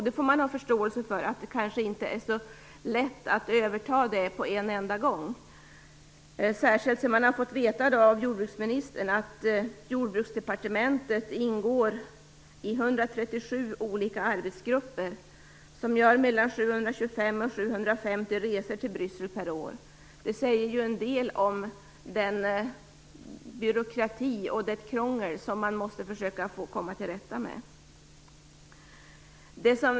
Man får har förståelse för att det kanske inte är så lätt att överta det på en enda gång, särskilt som man av jordbruksministern fått veta att Jordbruksdepartementet ingår i 137 olika arbetsgrupper, som gör mellan 725 och 750 resor till Bryssel per år. Det säger en del om den byråkrati och det krångel som man måste försöka komma till rätta med.